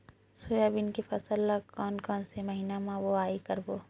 Soybean के फसल ल कोन कौन से महीना म बोआई करबो?